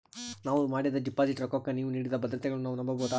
ನಾವು ಮಾಡಿದ ಡಿಪಾಜಿಟ್ ರೊಕ್ಕಕ್ಕ ನೀವು ನೀಡಿದ ಭದ್ರತೆಗಳನ್ನು ನಾವು ನಂಬಬಹುದಾ?